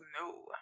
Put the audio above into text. no